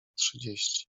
trzydzieści